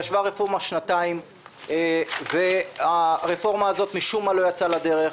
"ישבה" רפורמה שנתיים והיא משום מה לא יצאה אל הדרך.